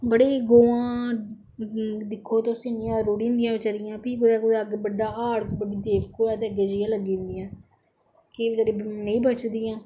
बड़ी गवां दिक्खो तुस इयां रुढ़ी जंदिया बचैरियां फ्ही कुतै कुतै अगर बड़ा हाड़ देवक होऐ ते अग्गै जेइयै लग्गी जंदियां ना केंई बचारी नेईं बचदियां